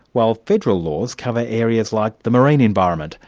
while federal laws cover areas like the marine environment,